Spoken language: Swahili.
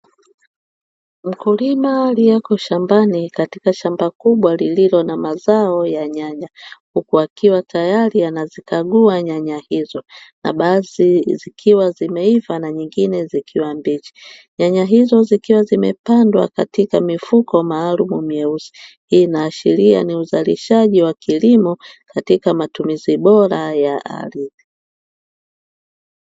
Mkulima aliyeko shambani katika shamba kubwa lililo na mazao ya nyanya. Huku akiwa tayari anazikagua nyanya hizo na baadhi zikiwa zimeiva na nyingine zikiwa mbichi. Nyanya hizo zikiwa zimepandwa katika mifuko maalumu myeusi. Hii inaashiria ni uzalishaji wa kilimo katika matumizi bora ya ardhi.